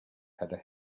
had